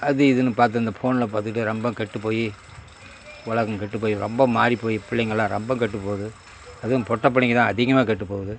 அது இதுன்னு பார்த்து அந்த ஃபோனில் பார்த்துகிட்டு ரொம்ப கெட்டு போய் உலகம் கெட்டு போய் ரொம்ப மாதிரி போய் பிள்ளைங்களாம் ரொம்ப கெட்டு போது அதுவும் பொட்டை பிள்ளைங்க தான் அதிகமாக கெட்டு போகுது